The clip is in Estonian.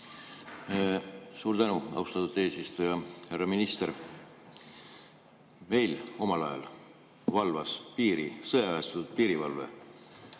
Suur tänu, austatud eesistuja! Härra minister! Meil omal ajal valvas piiri sõjaväestatud piirivalve,